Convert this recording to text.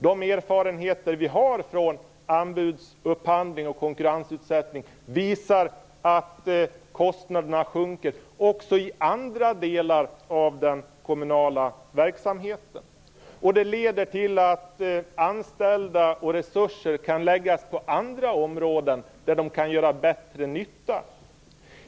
De erfarenheter som finns från anbudsupphandling och konkurrensutsättning visar att kostnaderna minskar också i andra delar av den kommunala verksamheten. Anställda och resurser kan därmed placeras på andra områden där de kan göra bättre nytta.